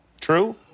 True